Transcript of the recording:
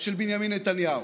של בנימין נתניהו.